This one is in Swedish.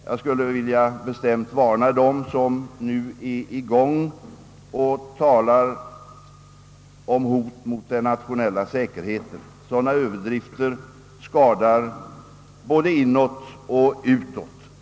Jag vill bestämt varna dem som nu på detta sätt talar om »hot mot den nationella säkerheten». Sådana överdrifter skadar både inåt och utåt.